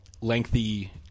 lengthy